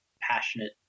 passionate